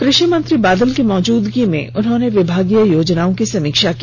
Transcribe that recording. कृषि मंत्री बादल की मौजूदगी में उन्होंने विभागीय योजनाओं की समीक्षा की